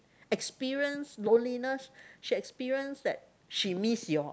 experience loneliness she experience that she miss your